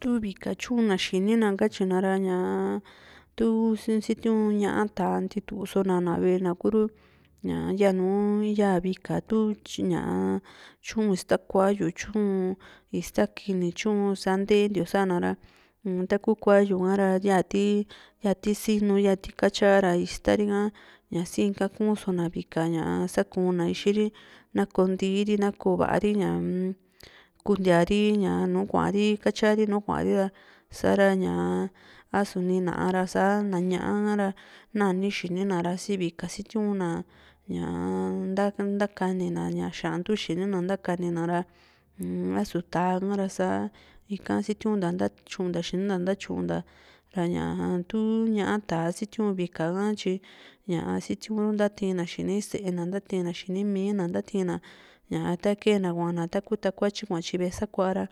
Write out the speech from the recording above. tuu vika tyuu´n na´a xini na katyina ra ñaa tu sitiu ña´a tà´a ntituso na ve´e na kuru ña yanu ya vika tu tyi tyu ista kuayu tyuu´n ista kini tyu´n sa´a ntentiu sa´na ra uun taku kuayu ha´ra yati yati sinu yati Katya ra istari ka ña sii´n kaku´n so´na vika ñaa sakuu na ixiri nako nitiiri na´ko va´a ri ñaa kuntiari ña nùù kuari katyari nu kuary ra sa´ra ña a su ni na´a ra sa naa ñà´a ka ra nani ixi nina ra si vika sitiuna ñaa ntakanina xan´tu xini na ntakanina ra a su tá´a ra sa ika sitiunta ntatyunta xini nta nta ntatyunta ra ñaà´a tà´a sitiu vika ha tyi ña sitiuru ntatina xini sée na ntatina xini mi´na ntatina ña ta kee na kuana taku takuatyi kuatyi ve´e sakua ra